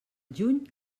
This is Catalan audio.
juny